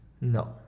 no